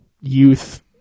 youth